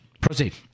Proceed